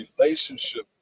relationship